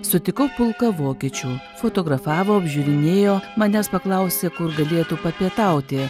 sutikau pulką vokiečių fotografavo apžiūrinėjo manęs paklausė kur galėtų papietauti